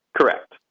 Correct